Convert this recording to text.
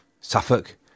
Suffolk